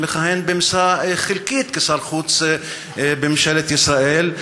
שמכהן במשרה חלקית כשר חוץ בממשלת ישראל,